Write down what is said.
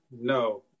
No